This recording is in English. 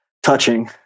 Touching